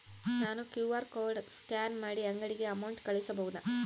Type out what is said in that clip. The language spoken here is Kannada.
ನಾನು ಕ್ಯೂ.ಆರ್ ಕೋಡ್ ಸ್ಕ್ಯಾನ್ ಮಾಡಿ ಅಂಗಡಿಗೆ ಅಮೌಂಟ್ ಕಳಿಸಬಹುದಾ?